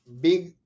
big